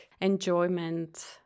enjoyment